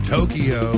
Tokyo